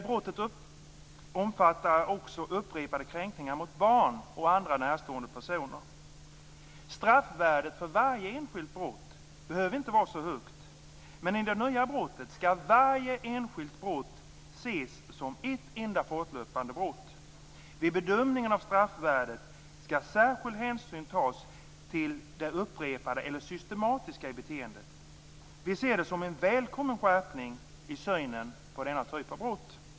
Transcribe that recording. Brottet omfattar även upprepade kränkningar mot barn och andra närstående personer. Straffvärdet för varje enskilt brott behöver inte vara så högt, men i det nya brottet skall varje enskilt brott ses som ett enda fortlöpande brott. Vid bedömningen av straffvärdet skall särskild hänsyn tas till det upprepade eller systematiska i beteendet. Vi ser det som en välkommen skärpning i synen på denna typ av brott.